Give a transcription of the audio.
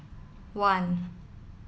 one